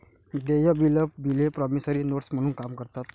देय बिले promissory notes म्हणून काम करतात